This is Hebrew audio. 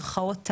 במירכאות,